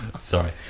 Sorry